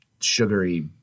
sugary –